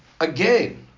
Again